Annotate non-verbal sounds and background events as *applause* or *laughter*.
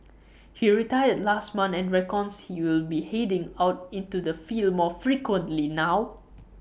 *noise* he retired last month and reckons he will be heading out into the field more frequently now